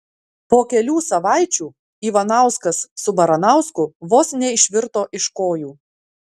po kelių savaičių ivanauskas su baranausku vos neišvirto iš kojų